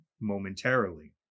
momentarily